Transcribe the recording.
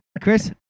Chris